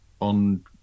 on